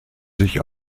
sich